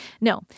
No